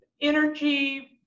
energy